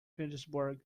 petersburg